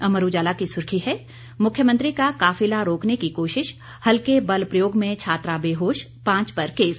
अमर उजाला की सुर्खी है मुख्यमंत्री का काफिला रोकने की कोशिश हल्के बल प्रयोग में छात्रा बेहोश पांच पर केस